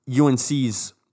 UNC's